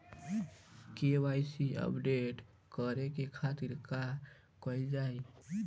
KYC update करे के खातिर का कइल जाइ?